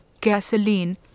gasoline